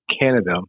Canada